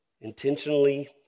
intentionally